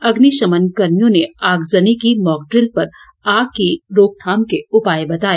अग्निशमन कर्मियों ने आगजनी की मॉकड्रिल कर आग की रोकथाम के उपाय बताए